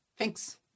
Thanks